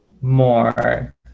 more